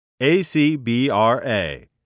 ACBRA